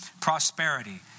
prosperity